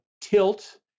tilt